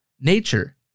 nature